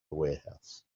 warehouse